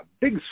big